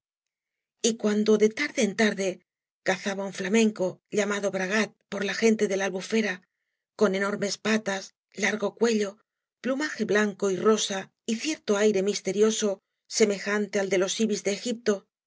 y cuando de tarde en tarde cazaba un flamenco llamado hragat por la gente de la albufera con enormes patas largo cuello plumaje blanco y rosa y cierto aire misterioso semejante al de los ibis de egipto